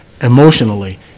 emotionally